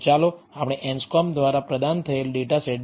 તો ચાલો આપણે એન્સ્કોમ્બ દ્વારા પ્રદાન થયેલ ડેટા સેટ જોઈએ